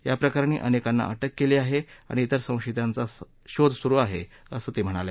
याप्रकरणी अनेकांना अटक केली आहे आणि तेर संशयितांचा शोध सुरु आहे असं ते म्हणाले